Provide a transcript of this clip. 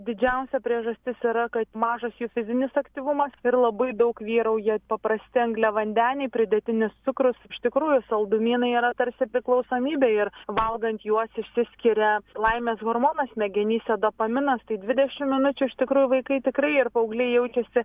didžiausia priežastis yra kad mažas jų fizinis aktyvumas ir labai daug vyrauja paprasti angliavandeniai pridėtinis cukrus iš tikrųjų saldumynai yra tarsi priklausomybė ir valgant juos išsiskiria laimės hormonas smegenyse dopaminas tai dvidešim minučių iš tikrųjų vaikai tikrai ir paaugliai jaučiasi